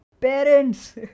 Parents